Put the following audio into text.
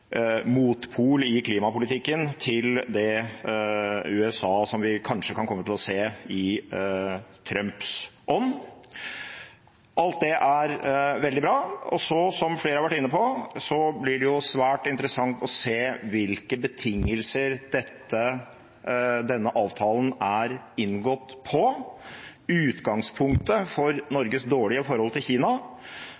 motpol i klimapolitikken til det USA som vi kanskje kan komme til å se i Trumps ånd. Alt dette er veldig bra, og så – som flere har vært inne på – blir det svært interessant å se hvilke betingelser denne avtalen er inngått på. Utgangspunktet for